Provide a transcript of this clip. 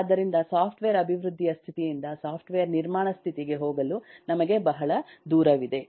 ಆದ್ದರಿಂದ ಸಾಫ್ಟ್ವೇರ್ ಅಭಿವೃದ್ಧಿಯ ಸ್ಥಿತಿಯಿಂದ ಸಾಫ್ಟ್ವೇರ್ ನಿರ್ಮಾಣ ಸ್ಥಿತಿಗೆ ಹೋಗಲು ನಮಗೆ ಬಹಳ ದೂರವಿದೆ